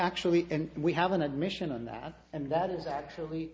actually and we have an admission on that and that is actually